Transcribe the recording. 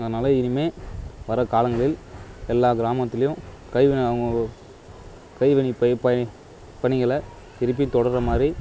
அதனால இனிமே வர காலங்களில் எல்லா கிராமத்திலையும் கைவினை அவங்கவுங்களு கைவினை பை பணி பணிகளை திருப்பி தொடர்ற மாதிரி